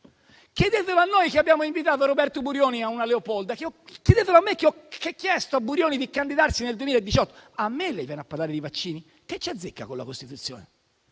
Chiedetelo a noi, che abbiamo invitato Roberto Burioni a una Leopolda; chiedetelo a me, che ho chiesto a Burioni di candidarsi nel 2018. A me lei viene a parlare di vaccini? Che ci azzecca con la Costituzione?